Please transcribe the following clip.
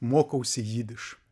mokausi jidiš